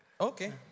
Okay